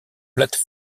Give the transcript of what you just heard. plates